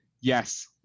Yes